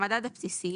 "המדד הבסיסי"